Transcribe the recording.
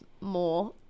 more